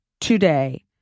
today